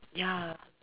ya